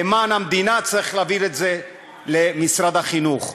למען המדינה צריך להעביר את זה למשרד החינוך.